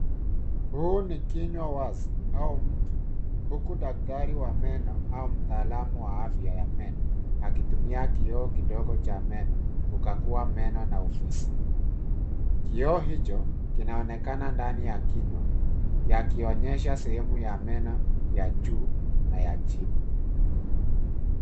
Hii ni kinywa wazi au mtu huku daktari wa meno au mtaalamu wa afya ya meno akitumia kioo kidogo cha meno kukagua meno na ufizi. Kioo hicho kinaonekana ndani ya kinywa yakionyesha sehemu ya meno ya juu na ya chini.